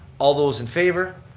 all those in favor,